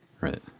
Right